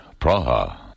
Praha